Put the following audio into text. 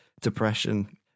depression